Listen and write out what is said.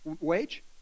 wage